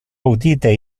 audite